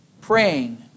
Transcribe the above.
praying